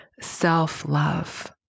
self-love